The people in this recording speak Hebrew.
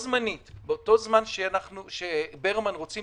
באותו זמן שברמן רוצים